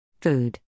Food